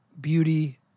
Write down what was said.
beauty